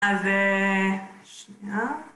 אז... שנייה.